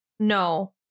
No